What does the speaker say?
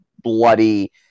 bloody